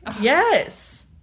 Yes